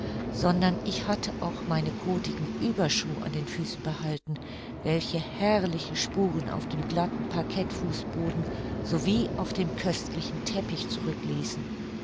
sondern ich hatte auch meine kothigen ueberschuh an den füßen behalten welche herrliche spuren auf dem glatten parquetfußboden sowie auf dem köstlichen teppich zurück ließen